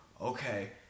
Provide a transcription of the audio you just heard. okay